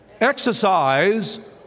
exercise